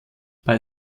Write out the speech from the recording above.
bei